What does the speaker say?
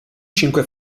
cinque